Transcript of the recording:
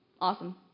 Awesome